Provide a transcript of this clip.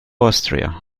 austria